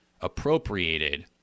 appropriated